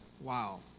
Wow